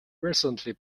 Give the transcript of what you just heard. recently